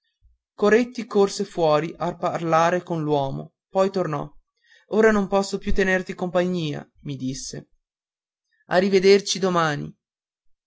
coretti corse fuori a parlar con l'uomo poi tornò ora non posso più tenerti compagnia mi disse a rivederci domani